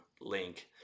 link